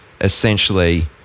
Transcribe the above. essentially